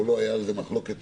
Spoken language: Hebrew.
הייתה על זה מחלוקת,